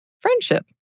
friendship